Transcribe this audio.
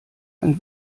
ein